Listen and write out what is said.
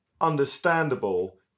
understandable